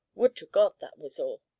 would to god that was all!